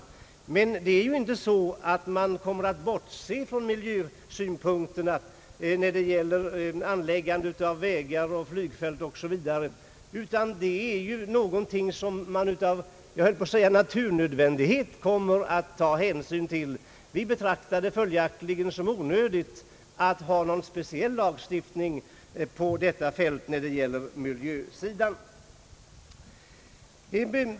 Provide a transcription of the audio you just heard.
Men det förhåller sig inte så att man kommer att bortse från miljösynpunkterna när det gäller anläggandet av vägar, flygfält osv., utan detta är någonting som man med naturnödvändighet kommer att ta hänsyn till. Vi anser det följaktligen onödigt att ha någon speciell lagstiftning på detta fält när det gäller miljövården.